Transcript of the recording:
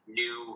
new